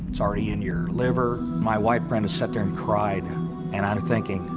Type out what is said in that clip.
it's already in your liver. my wife, brenda, sat there and cried and and i'm thinking,